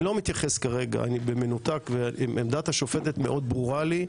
אני לא מתייחס כרגע לעמדת השופטת שמאוד ברורה לי,